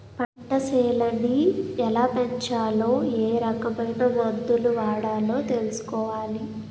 పంటసేలని ఎలాపెంచాలో ఏరకమైన మందులు వాడాలో తెలుసుకోవాలి